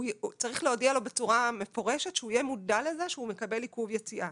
צריך להודיע לו בצורה מפורשת שהוא יהיה מודע לזה שהוא מקבל עיכוב יציאה.